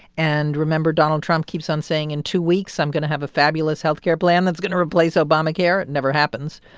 and, remember, donald trump keeps on saying, in two weeks, i'm going to have a fabulous health care plan that's going to replace obamacare. it never happens.